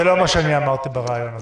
זה לא מה שאני אמרתי בראיון הזה.